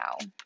now